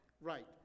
Right